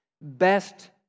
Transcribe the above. Best